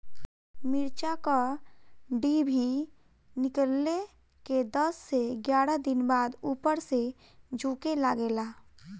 मिरचा क डिभी निकलले के दस से एग्यारह दिन बाद उपर से झुके लागेला?